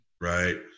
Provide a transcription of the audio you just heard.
right